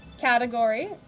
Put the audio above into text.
Category